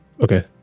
Okay